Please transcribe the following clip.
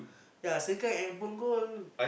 ya Sengkang and Punggol